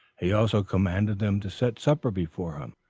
he also commanded them to set supper before him,